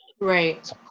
Right